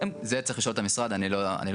את זה צריך לשאול את המשרד, אני לא יודע.